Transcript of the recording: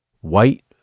White